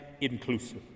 inclusive